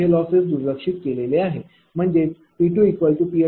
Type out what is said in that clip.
इथे लॉसेस हे दुर्लक्षित केलेले आहेत म्हणजे P2PL2PL3PL40